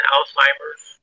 Alzheimer's